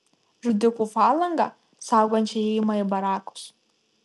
žudikų falangą saugančią įėjimą į barakus